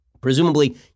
Presumably